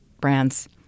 brands